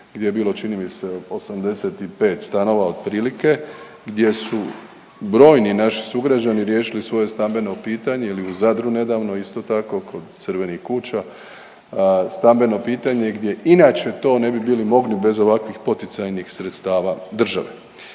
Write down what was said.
gdje je bilo čini mi se 85 stanova otprilike gdje su brojni naši sugrađani riješili svoje stambeno pitanje ili u Zadru nedavno isto tako kod Crvenih kuća, stambeno pitanje gdje inače to ne bi bili mogli bez ovakvih poticajnih sredstava države.